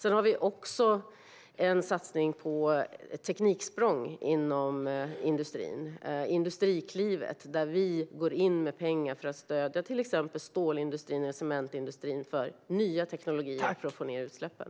Vi har också en satsning på tekniksprång inom industrin, Industriklivet, där vi går in med pengar för att stödja till exempel stålindustrin och cementindustrin när det gäller ny teknik för att få ned utsläppen.